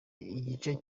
igice